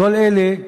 כל אלה,